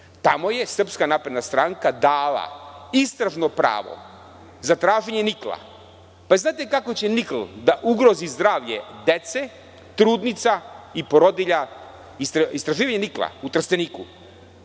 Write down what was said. Tamo je SNS dala istražno pravo za traženje nikla. Znate li kako će nikl da ugrozi zdravlje dece, trudnica i porodilja? Istraživanje nikla u Trsteniku